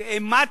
כי אימת